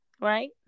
right